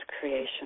creation